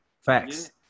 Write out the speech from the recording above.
Facts